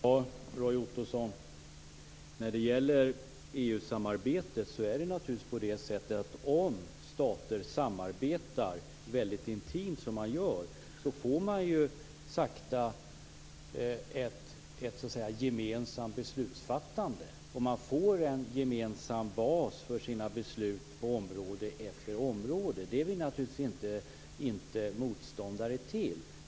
Fru talman! När det gäller EU-samarbetet är det naturligtvis så att om stater samarbetar väldigt intimt, som de nu gör, får man sakta ett gemensamt beslutsfattande och en gemensam bas för sina beslut på område efter område. Det är vi naturligtvis inte motståndare till.